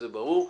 זה ברור.